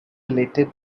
related